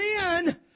men